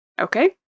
Okay